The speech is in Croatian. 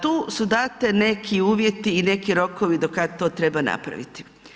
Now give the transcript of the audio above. Tu su dani neki uvjeti i neki rokovi do kad to treba napraviti.